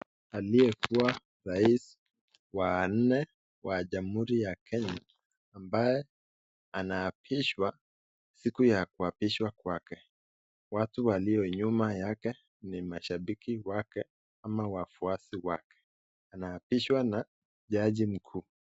Aliye kuwa Rais wa nne wa jamhuri ya kenya ambaye anaapishwa siku ya kuapishwa kwake. Watu walio nyuma yake ni mashabiki wake ama wafuasi wake. Anaapishwa na jaji mkuu.